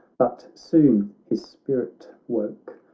but soon his spirit woke,